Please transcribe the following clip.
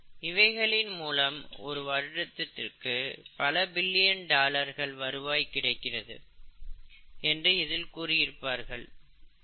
இவைகளின் மூலம் ஒரு வருடத்திற்கு பல பில்லியன் டாலர்கள் வருவாய் கிடைக்கிறது என்று இதில் கூறியிருப்பார்கள்